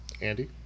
andy